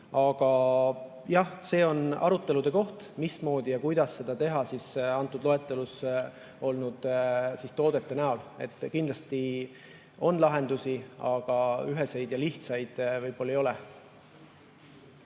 jah, see on arutelude koht, mismoodi seda teha selles loetelus olnud toodete puhul. Kindlasti on lahendusi, aga üheseid ja lihtsaid võib‑olla ei ole.